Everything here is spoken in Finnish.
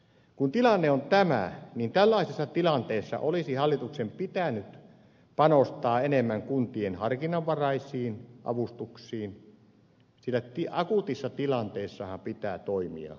kun tilanne on tämä tällaisessa tilanteessa olisi hallituksen pitänyt panostaa enemmän kuntien harkinnanvaraisiin avustuksiin sillä akuutissa tilanteessahan pitää toimia nopeasti